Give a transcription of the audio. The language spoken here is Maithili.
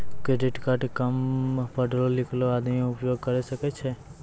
क्रेडिट कार्ड काम पढलो लिखलो आदमी उपयोग करे सकय छै?